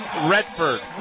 Redford